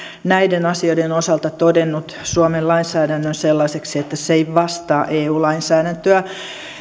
näiden asioiden osalta todennut suomen lainsäädännön sellaiseksi että se ei vastaa eu lainsäädäntöä